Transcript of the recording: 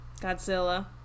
Godzilla